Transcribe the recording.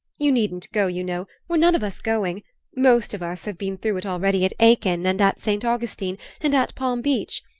you needn't go, you know we're none of us going most of us have been through it already at aiken and at saint augustine and at palm beach.